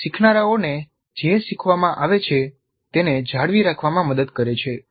તે શીખનારાઓને જે શીખવામાં આવે છે તેને જાળવી રાખવામાં મદદ કરે છે